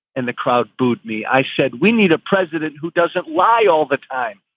and the crowd booed me i said, we need a president who doesn't lie all the time,